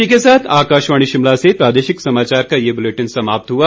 इसी के साथ आकाशवाणी शिमला से प्रादेशिक समाचार का ये बुलेटिन समाप्त हुआ